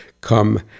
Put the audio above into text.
come